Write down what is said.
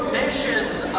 missions